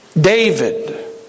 David